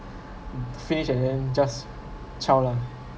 finish and then just zao lah